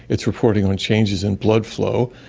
it's reporting on changes in blood flow,